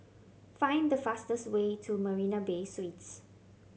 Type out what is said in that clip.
find the fastest way to Marina Bay Suites